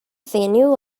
venue